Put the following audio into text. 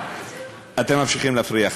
אתם ממשיכים להפריע.